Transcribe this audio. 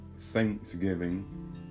thanksgiving